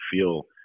feel